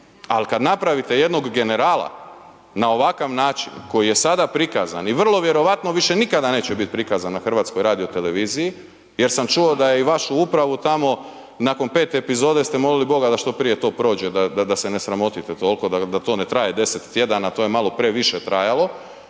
ali kad napravite jednog „Generala“ na ovakav način koji je sada prikazan i vrlo vjerojatno više nikada neće biti prikazan na Hrvatskoj radioteleviziji jer sam čuo da je i vašu upravu tamo nakon 5-te epizode ste molili Boga da što prije to prođe da se ne sramotite toliko da to ne traje 10 tjedana, to je malo previše trajalo.